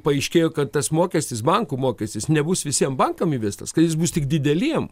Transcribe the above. paaiškėjo kad tas mokestis bankų mokestis nebus visiem bankams kad jis bus tik dideliem